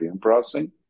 processing